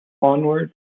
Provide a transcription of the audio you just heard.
onward